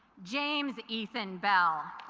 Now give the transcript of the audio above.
james ethan bell